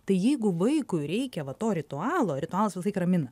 tai jeigu vaikui reikia va to ritualo ritualas visąlaik ramina